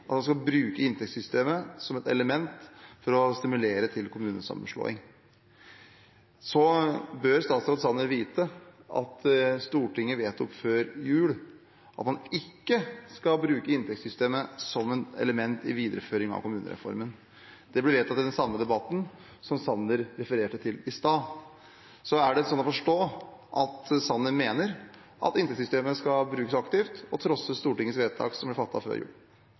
at han skal bruke inntektssystemet som et element for å stimulere til kommunesammenslåing. Så bør statsråd Sanner vite at Stortinget vedtok før jul at man ikke skal bruke inntektssystemet som et element i videreføring av kommunereformen. Det ble vedtatt i den samme debatten som Sanner refererte til i stad. Er det sånn å forstå at Sanner mener at inntektssystemet skal brukes aktivt – og trosse Stortingets vedtak som ble fattet før jul?